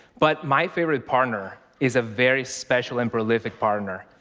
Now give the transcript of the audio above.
but my favorite partner is a very special and prolific partner.